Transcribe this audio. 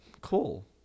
cool